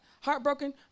heartbroken